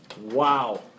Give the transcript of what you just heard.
Wow